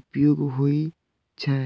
उपयोग होइ छै